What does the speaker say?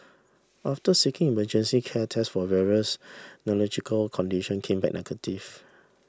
after seeking emergency care tests for various neurological condition came back negative